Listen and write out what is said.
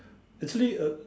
actually uh